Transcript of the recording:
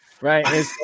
right